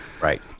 Right